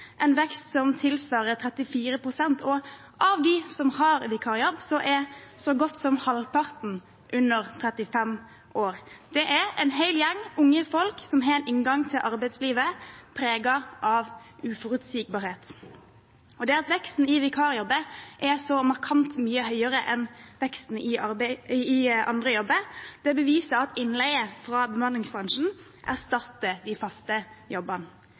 en vekst som tilsvarer 34 pst., og av dem som har vikarjobb, er så godt som halvparten under 35 år. Det er en hel gjeng unge folk som har en inngang til arbeidslivet preget av uforutsigbarhet. Og det at veksten i vikarjobber er så markant mye høyere enn veksten i andre jobber, beviser at innleie fra bemanningsbransjen erstatter de faste jobbene.